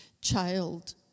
child